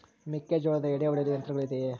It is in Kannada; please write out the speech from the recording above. ಮೆಕ್ಕೆಜೋಳದ ಎಡೆ ಒಡೆಯಲು ಯಂತ್ರಗಳು ಇದೆಯೆ?